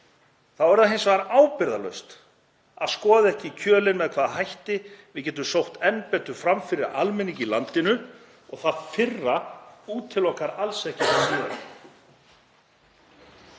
þá er það hins vegar ábyrgðarlaust að skoða ekki í kjölinn með hvaða hætti við getum sótt enn betur fram fyrir almenning í landinu og það fyrra útilokar alls ekki það síðara.